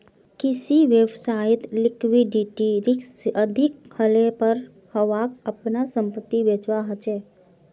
किसी व्यवसायत लिक्विडिटी रिक्स अधिक हलेपर वहाक अपनार संपत्ति बेचवा ह छ